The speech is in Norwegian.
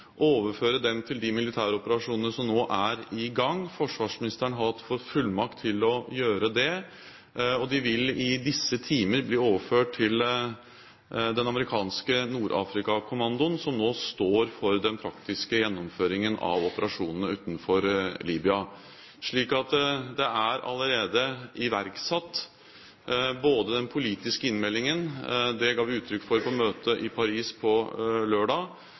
overføre de seks F-16-flyene vi har meldt inn, til de militære operasjonene som nå er i gang. Forsvarsministeren har fått fullmakt til å gjøre det, og de vil i disse timer bli overført til den amerikanske Nord-Afrika-kommandoen som nå står for den praktiske gjennomføringen av operasjonene utenfor Libya, slik at det er allerede iverksatt. Både den politiske innmeldingen – det ga vi uttrykk for på møtet i Paris på lørdag,